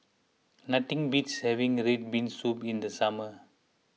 nothing beats having Red Bean Soup in the summer